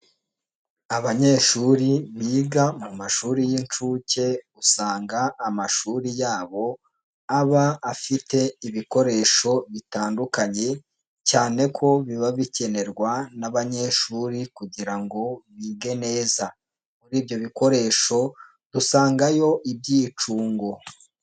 Abanyeshuri biga mu mashuri y'inshuke usanga amashuri yabo aba afite ibikoresho bitandukanye cyane ko biba bikenerwa n'abanyeshuri kugira ngo bige neza, muri ibyo bikoresho dusangayo ibyicungo.